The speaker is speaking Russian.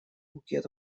букет